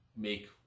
make